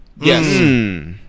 Yes